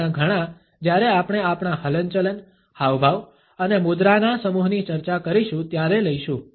તેમાંના ઘણા જ્યારે આપણે આપણાં હલનચલન હાવભાવ અને મુદ્રાના સમૂહની ચર્ચા કરીશું ત્યારે લઈશું